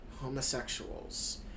homosexuals